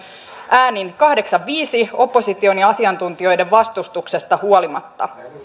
äänin kahdeksan viiva viiden opposition ja asiantuntijoiden vastustuksesta huolimatta